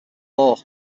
law